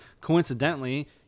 Coincidentally